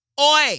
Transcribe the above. oi